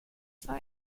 for